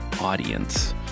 audience